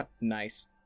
Nice